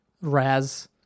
raz